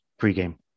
pregame